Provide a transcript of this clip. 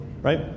right